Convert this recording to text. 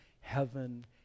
heaven